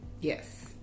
Yes